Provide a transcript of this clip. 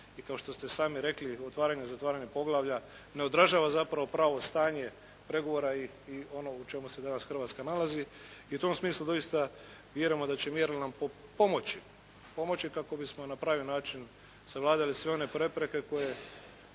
I kao što ste sami rekli otvaranje i zatvaranje poglavlja ne odražava zapravo pravo stanje pregovora i ono u čemu se danas Hrvatska nalazi i u tom smislu doista vjerujemo da će mjerila nam pomoći, pomoći kako bismo na pravi način savladali sve one prepreke koje